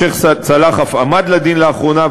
השיח' סלאח אף עמד לדין לאחרונה,